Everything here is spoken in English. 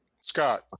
Scott